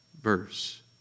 verse